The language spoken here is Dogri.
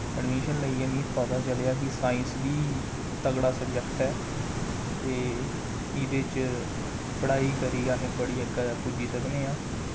अडमिशन लेइयै मिगी पता चलेआ की साइंस बी तगड़ा सब्जेक्ट ऐ ते इ'दे च पढ़ाई करियै असें बड़ी अग्गें पुज्जी सकने आं